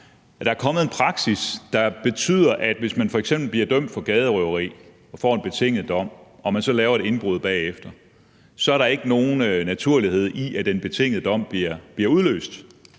der er kommet en praksis, der betyder, at hvis man f.eks. bliver dømt for gaderøveri og får en betinget dom og man laver et indbrud bagefter, så er der ikke nogen naturlighed i, at den betingede dom bliver udløst,